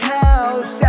house